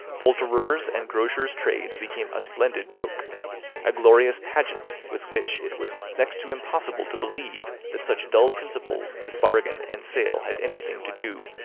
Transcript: poulterers' and grocers' trades became a splendid joke a glorious pageant, with which it was next to impossible to believe that such dull principles as bargain and sale had anything to do.